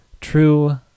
true